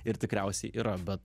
ir tikriausiai yra bet